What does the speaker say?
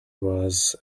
was